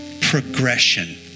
progression